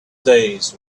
days